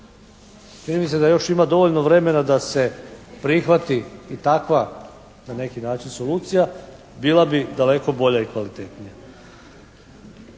mi se da još ima dovoljno vremena da se prihvati i takva na neki način solucija, bila bi daleko bolja i kvalitetnija.